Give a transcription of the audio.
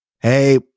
Hey